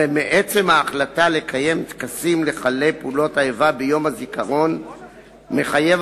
הרי מעצם ההחלטה לקיים טקסים לחללי פעולות האיבה ביום הזיכרון מתחייבת